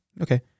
Okay